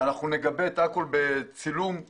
ונגבה הכול בצילום לייב,